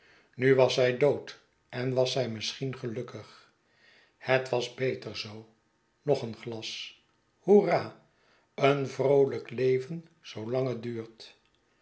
nu was zij dood en was zij misschien gelukkig het was beter zoo nog een glas hoerra een vroolijk leven zoolang het duurtl